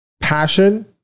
passion